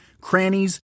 crannies